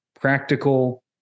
practical